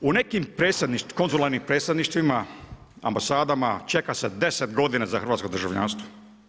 Evo, u nekim konzularnim predstavništvima, ambasadama čeka se 10 godina za hrvatsko državljanstvo.